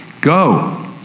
go